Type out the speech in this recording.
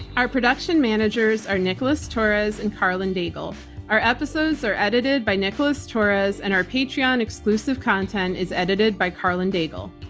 our production managers are nicholas torres and karlyn daigle. our episodes are edited by nicholas torres and our patreon exclusive content is edited by karlyn daigle.